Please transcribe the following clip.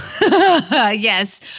Yes